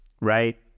Right